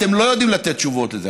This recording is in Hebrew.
אתם לא יודעים לתת תשובות לזה.